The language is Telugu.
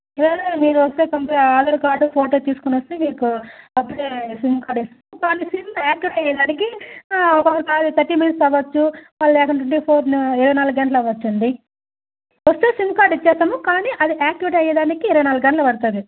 ఇవాళ మీరు వస్తే అంతే ఆధార్ కార్డ్ ఫోటో తీసుకు వస్తే మీకు అప్పుడే సిమ్ కార్డ్ ఇస్తాం కానీ సిమ్ యాక్టివ్ అయ్యేదానికి ఒక్కొక్కసారి థర్టీ మినిట్స్ అవ్వచ్చు లేకుంటే ఫోర్ ఇరవై నాలుగు గంటలు అవ్వచ్చు అండి వస్తే సిమ్ కార్డ్ ఇస్తాము కానీ అది యాక్టివేట్ అయ్యేదానికి ఇరవై నాలుగు గంటలు పడుతుంది